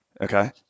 Okay